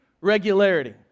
regularity